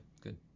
good